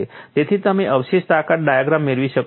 તેથી તમે અવશેષ તાકાત ડાયાગ્રામ મેળવી શકો છો